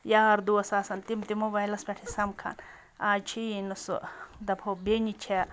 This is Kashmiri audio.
یار دوس آسَن تِم تہِ موبایلَس پٮ۪ٹھٕے سَمکھان آز چھِ یی نہٕ سُہ دَپہو بیٚنہِ چھےٚ